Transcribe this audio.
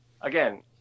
again